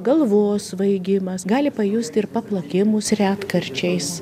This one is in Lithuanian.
galvos svaigimas gali pajusti ir paplakimus retkarčiais